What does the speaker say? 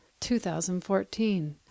2014